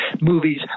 movies